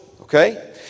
okay